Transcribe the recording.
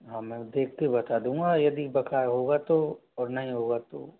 हाँ मैं देख के बता दूँगा यदि बकाया होगा तो और नहीं होगा तो